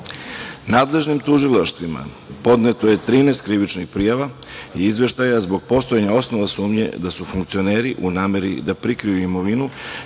postupka. Nadležnim tužilaštvima podneto je 13 krivičnih prijava i izveštaja zbog postojanja osnova sumnje da funkcioneri, u nameri da prikriju imovinu,